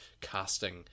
casting